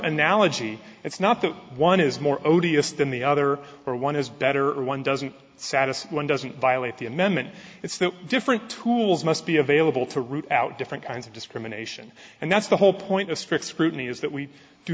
analogy it's not that one is more odious than the other or one is better or one doesn't satisfy one doesn't violate the amendment it's that different tools must be available to root out different kinds of discrimination and that's the whole point of strict scrutiny is that we do